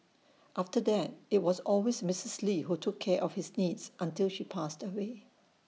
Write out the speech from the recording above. after that IT was always Missus lee who took care of his needs until she passed away